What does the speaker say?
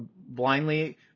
blindly